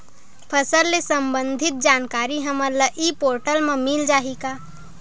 फसल ले सम्बंधित जानकारी हमन ल ई पोर्टल म मिल जाही का?